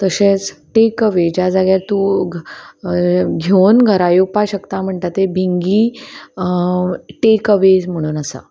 तशेंच take away ज्या जाग्यार तूं घेवन घरा येवपा शकता म्हणटा ते भिंगी टेक अवेज म्हणून आसा